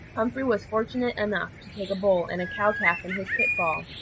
humphrey was fortunate enough to take a bull and a cow calf in his pitfall,